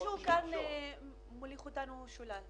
מישהו כאן מוליך אותנו שולל.